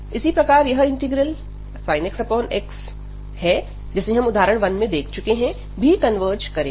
इसी प्रकार यह इंटीग्रल sin x xजिसे हम उदाहरण 1 में देख चुके हैं भी कन्वर्ज करेगा